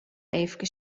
eefkes